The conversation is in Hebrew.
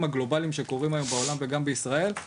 הגלובליים שקורים היום בעולם וגם בישראל,